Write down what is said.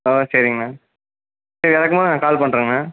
ஓ சரிங்ண சரி இறக்குமோது நான் கால் பண்றங்கண